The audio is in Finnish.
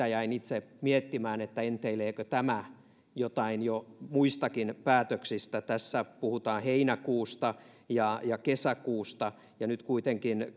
jäin itse miettimään sitä enteileekö tämä jotain jo muistakin päätöksistä tässä puhutaan heinäkuusta ja ja kesäkuusta ja nyt kuitenkin